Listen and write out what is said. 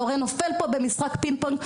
ההורה נופל פה במשחק פינג-פונג.